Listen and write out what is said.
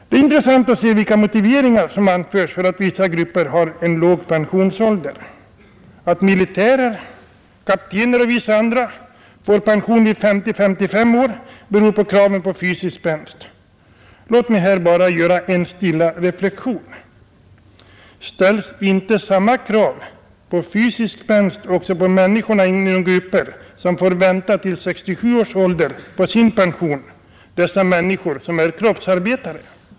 Det är intressant att se vilka motiveringar som anförs för att vissa grupper har en låg pensionsålder. Att militärer såsom kaptener och vissa andra grupper får pension vid 50—55 år beror på kraven på fysisk spänst. Låt mig här bara göra en stilla reflexion. Ställs inte samma krav på fysisk spänst också på människorna inom grupper som får vänta på sin pension till 67 års ålder, dessa människor som är kroppsarbetare?